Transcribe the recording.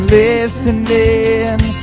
listening